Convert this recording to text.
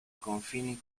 confini